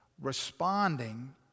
responding